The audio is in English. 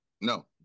No